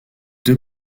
deux